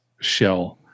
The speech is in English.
shell